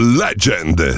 legend